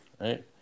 right